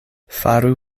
faru